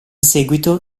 seguito